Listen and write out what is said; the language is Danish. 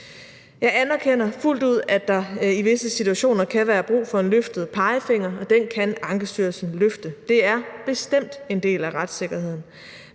Jeg anerkender fuldt ud, at der i visse situationer kan være brug for en løftet pegefinger, og den kan Ankestyrelsen løfte. Det er bestemt en del af retssikkerheden.